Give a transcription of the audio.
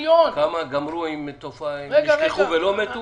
כמה נשכחו ולא מתו?